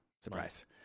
Surprise